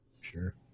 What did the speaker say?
Sure